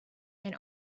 and